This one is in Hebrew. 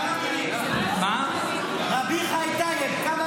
גפני, היום הילולה, רבי חי טייב, כמה מילים.